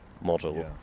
model